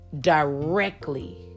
directly